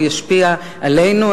והוא ישפיע עלינו,